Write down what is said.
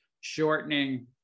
shortening